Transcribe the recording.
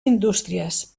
indústries